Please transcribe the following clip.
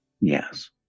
Yes